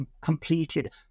completed